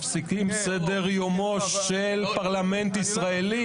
ומפסיקים סדר-יומו של פרלמנט ישראלי.